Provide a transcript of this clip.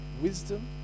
wisdom